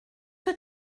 que